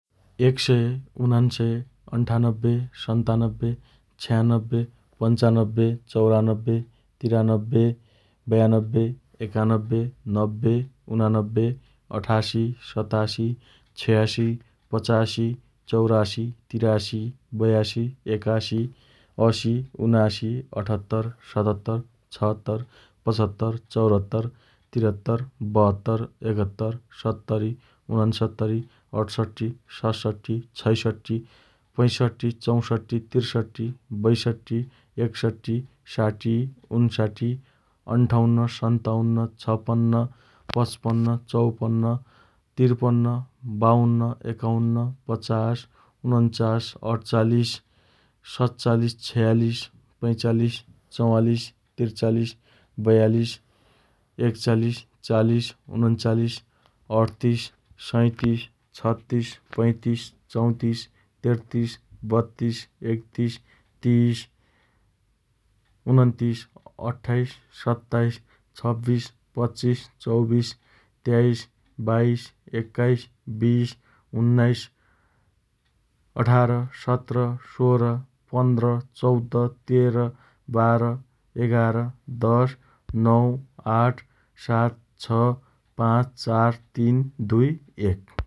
एक सय, उनान्सय, अन्ठान्नब्बे, सन्तान्नब्बे, छयान्नब्बे, पन्चान्नब्बे, चौरान्नब्बे, त्रियान्नब्बे, बयान्नब्बे, एकान्नब्बे, नब्बे, उनान्नब्बे, अठासी, सतासी, छयासी, पचासी, चौरासी, त्रियासी, बयासी, एकासी, असी, उनासी, अठहत्तर, सतहत्तर, छहत्तर, पचहत्तर, चौहत्तर, त्रिहत्तर, बहत्तर, एकहत्तर, सत्तरी, उनन्सत्तरी, अठसट्ठी, सतसट्ठी, छैसट्ठी, पैँसट्ठी, चौसट्ठी, त्रिसट्ठी, बयसट्ठी, एकसट्ठी, साठी, उनसट्ठी, अन्ठाउन्न, सन्ताउन्न, छपन्न, पचपन्न, चौपन्न, त्रिपन्न, बाउन्न, एकाउन्न, पचास, उनन्चास, अठचालिस, सतचालिस, छयालिस, पैँचालिस, चवालिस, त्रिचालिस, बयालिस, एकचालिस, चालिस, उनन्चालिस, अठतिस, सैँतिस, छत्तिस, पैँतिस, चौतिस, तेत्तिस, बत्तिस, एकतिस, तिस, उनन्तिस, अट्ठाइस, सत्ताइस, छब्बिस, पच्चिस, चौबिस, तेइस, बाइस, एक्काइस, बिस, उन्नाइस, अठार, सत्र, सोह्र, पन्ध्र, चौध, तेह्र, बाह्र, एघार, दस, नौ, आठ, सात, छ, पाँच, चार, तीन, दुई, एक